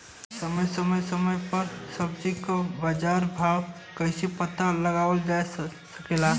समय समय समय पर सब्जी क बाजार भाव कइसे पता लगावल जा सकेला?